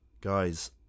guys